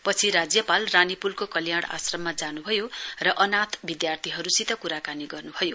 पछि राज्यपाल रानीपूलको कल्याण आश्राममा जान्भयो र अनाथ विधार्थीहरुसित क्राकानी गर्न्भयो